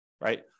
Right